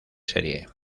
serie